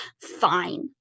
fine